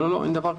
לא, אין דבר כזה.